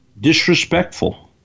disrespectful